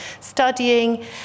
studying